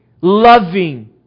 loving